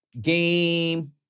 game